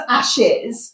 ashes